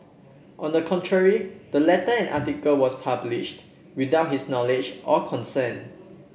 on the contrary the letter and article was published without his knowledge or consent